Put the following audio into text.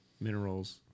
minerals